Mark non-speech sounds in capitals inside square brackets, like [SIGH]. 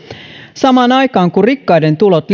samaan aikaan kun rikkaiden tulot [UNINTELLIGIBLE]